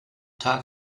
tag